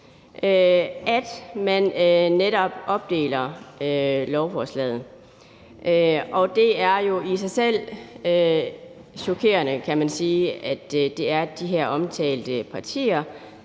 at man netop opdeler lovforslaget. Det er jo i sig selv chokerende, kan man sige, at det er de her omtalte partier,